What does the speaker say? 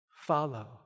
follow